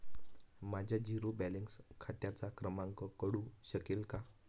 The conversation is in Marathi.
माझ्या झिरो बॅलन्स खात्याचा क्रमांक कळू शकेल का?